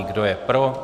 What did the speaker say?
Kdo je pro?